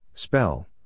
Spell